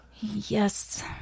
Yes